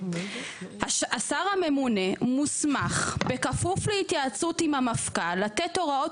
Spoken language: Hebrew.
"השר הממונה מוסמך בכפוף להתייעצות עם המפכ"ל לתת הוראות